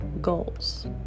goals